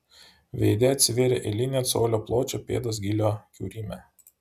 veide atsivėrė eilinė colio pločio pėdos gylio kiaurymė